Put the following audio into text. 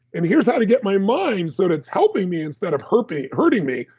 and here's how to get my mind so that it's helping me instead of hurting hurting me,